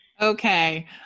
Okay